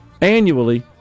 annually